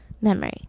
memory